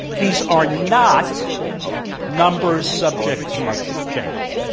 these are not numbers subject to much change.